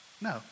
No